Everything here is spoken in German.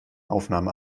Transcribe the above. aufnahme